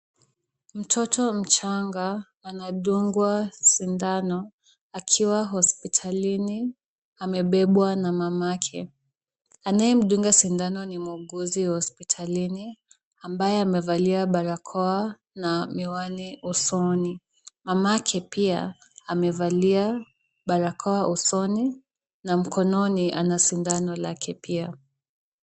Mtoto mchanga anadungwa sindano akiwa hospitalini amebebwa na mamake. Anayemdunga sindano ni muuguzi hospitalini ambaye amevalia barakoa na miwani usoni. Mamake pia amevalia barakoa usoni na mkononi ana sindano yake pia.